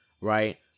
right